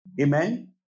Amen